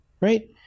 right